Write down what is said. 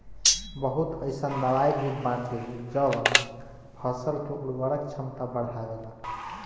बहुत अईसन दवाई भी बाटे जवन फसल के उर्वरक क्षमता बढ़ावेला